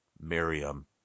Miriam